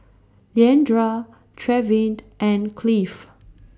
Leandra Trevin and Clive